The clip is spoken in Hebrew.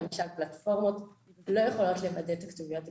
למשל פלטפורמות לא יכולות לוודא את הכתוביות הגלויות,